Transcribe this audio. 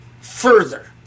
further